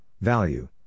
Value